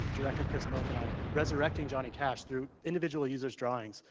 director chris milk and i ressurecting johnny cash through individual users drawings.